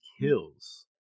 kills